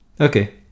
Okay